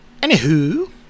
Anywho